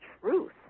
truth